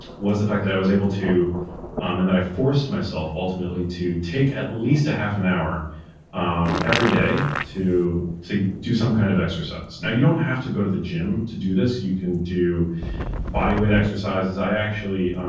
was the fact that i was able to um and that i forced myself ultimately, to take at least a half an hour um every day to to do some kind of exercise now, you don't have to go to the gym to do this, you can do bodyweight exercises. i actually,